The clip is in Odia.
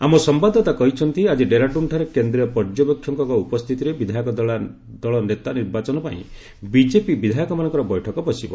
ଆମ ସମ୍ଭାଦଦାତା କହିଛନ୍ତି ଆଜି ଡେରାଡୁନ୍ଠାରେ କେନ୍ଦ୍ରୀୟ ପର୍ଯ୍ୟବେକ୍ଷକଙ୍କ ଉପସ୍ଥିତିରେ ବିଧାୟକ ଦଳ ନେତା ନିର୍ବାଚନ ପାଇଁ ବିଜେପି ବିଧାୟକମାନଙ୍କର ବୈଠକ ବସିବ